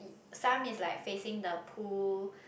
some is like facing the pool